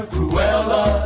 Cruella